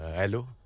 hello?